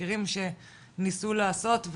תחקירים שניסו לעשות,